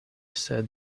sed